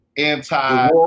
anti